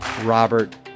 Robert